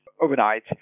overnight